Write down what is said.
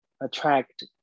attract